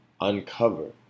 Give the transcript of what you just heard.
uncover